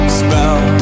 spell